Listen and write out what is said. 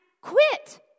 quit